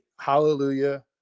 hallelujah